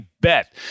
bet